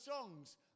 songs